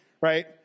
right